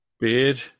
Beard